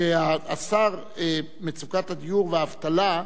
השר, שמצוקת הדיור והאבטלה,